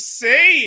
say